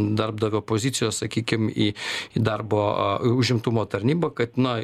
darbdavio pozicijos sakykim į į darbo užimtumo tarnybą kad na